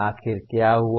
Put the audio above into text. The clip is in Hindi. आखिर क्या हुआ